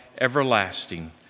everlasting